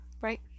right